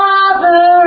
Father